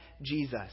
Jesus